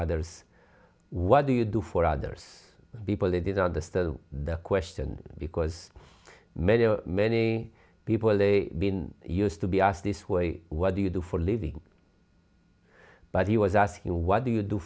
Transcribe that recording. others what do you do for others people they didn't understand the question because many many people are they been used to be asked this way what do you do for a living but he was asking what do you do